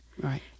right